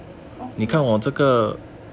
oh 是啊